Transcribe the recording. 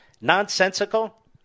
nonsensical